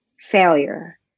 failure